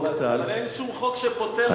אין שום חוק שפוטר אותם.